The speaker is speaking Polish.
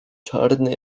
czarny